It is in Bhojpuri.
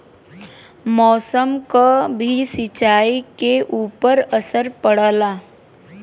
मौसम क भी सिंचाई के ऊपर असर पड़ला